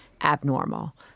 abnormal